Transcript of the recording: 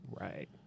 Right